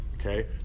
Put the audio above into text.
Okay